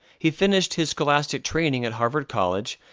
he finished his scholastic training at harvard college,